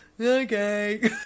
okay